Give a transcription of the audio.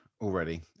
already